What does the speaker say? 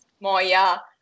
Moya